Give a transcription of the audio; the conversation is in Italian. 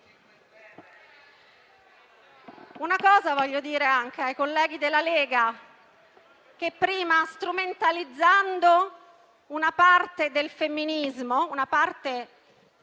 Una cosa voglio dire anche ai colleghi della Lega, che prima, strumentalizzando una parte del femminismo - una parte